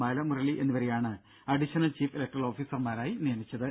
ബാലമുരളി എന്നിവരെയാണ് additional chief electoral ഓഫീസർമാരായി നിയമിച്ചത്